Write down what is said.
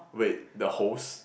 wait the host